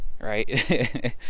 Right